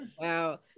Wow